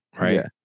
right